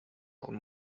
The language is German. und